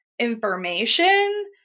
information